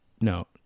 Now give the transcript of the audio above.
No